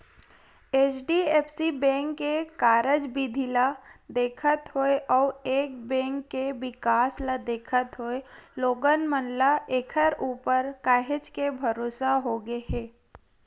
HDFC bank के कारज बिधि ल देखत होय अउ ए बेंक के बिकास ल देखत होय लोगन मन ल ऐखर ऊपर काहेच के भरोसा होगे हे